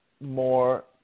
more